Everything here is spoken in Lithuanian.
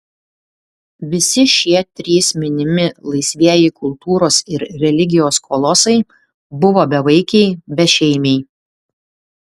visi šie trys minimi laisvieji kultūros ir religijos kolosai buvo bevaikiai bešeimiai